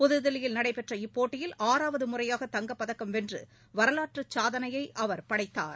புதுதில்லியில் நடைபெற்ற இப்போட்டியில் ஆறாவதுமுறையாக தங்கப் பதக்கம் வென்று வரலாற்றுச் சாதனையைஅவர் படைத்தார்